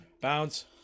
Bounce